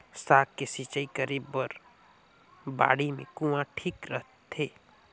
साग के सिंचाई करे बर बाड़ी मे कुआँ ठीक रहथे?